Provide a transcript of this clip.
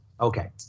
Okay